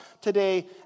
today